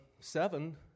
seven